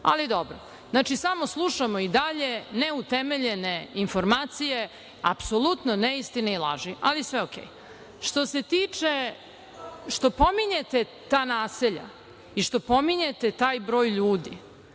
Ali dobro, samo slušamo i dalje neutemeljene informacije, apsolutno neistine i laži. Ali, sve je okej. Ali što se tiče toga što pominjete ta naselja i što pominjete taj broj ljudi,